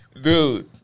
Dude